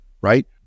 right